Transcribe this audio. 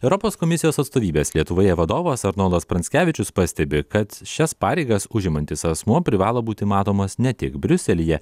europos komisijos atstovybės lietuvoje vadovas arnoldas pranckevičius pastebi kad šias pareigas užimantis asmuo privalo būti matomas ne tik briuselyje